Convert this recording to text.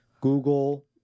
Google